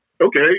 okay